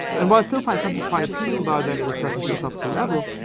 and while i still find something quite appealing about that at a certain philosophical level,